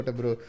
bro